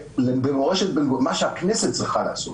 מה שהכנסת צריכה לעשות,